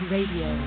Radio